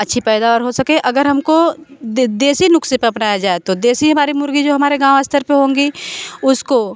अच्छी पैदावार हो सके अगर हमको दे देसी नुक्से अपनाया जाए तो देसी हमारे मुर्गी जो हमारे गाँव अस्तर पे होंगी उसको